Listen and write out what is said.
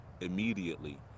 immediately